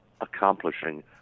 accomplishing